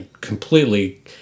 completely